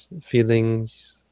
feelings